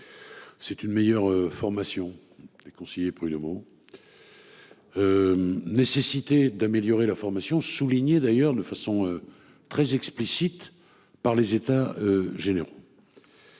C'est une meilleure formation des conseillers prud'homaux. Nécessité d'améliorer la formation soulignait d'ailleurs de façon. Très explicite par les états généraux.